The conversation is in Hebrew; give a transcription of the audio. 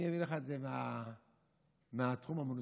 אני אביא לך את זה מהתחום המוניציפלי.